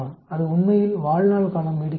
இது உண்மையில் வாழ்நாள் காலம் நீடிக்குமா